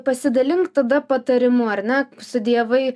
pasidalink tada patarimu ar ne studijavai